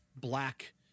black